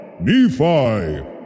Nephi